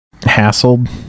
Hassled